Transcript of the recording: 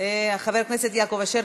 חבר הכנסת יעקב אשר,